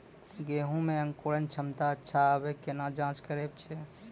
गेहूँ मे अंकुरन क्षमता अच्छा आबे केना जाँच करैय छै?